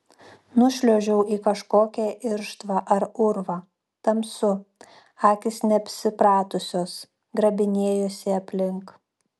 nušliuožiau į kažkokią irštvą ar urvą tamsu akys neapsipratusios grabinėjuosi aplink